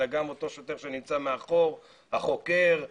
אלא גם אותו שוטר שנמצא מאחור החוקר,